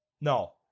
no